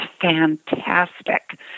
fantastic